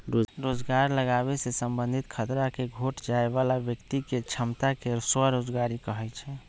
रोजगार लागाबे से संबंधित खतरा के घोट जाय बला व्यक्ति के क्षमता के स्वरोजगारी कहै छइ